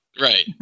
right